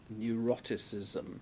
neuroticism